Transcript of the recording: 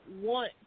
want